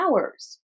hours